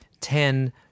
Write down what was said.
ten